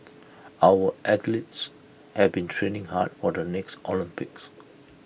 our athletes have been training hard for the next Olympics